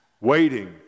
waiting